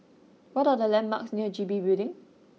what are the landmarks near G B Building